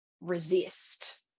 resist